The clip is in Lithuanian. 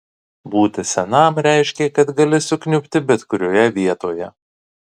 būti senam reiškė kad gali sukniubti bet kurioje vietoje